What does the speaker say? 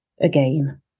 again